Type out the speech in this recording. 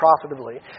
profitably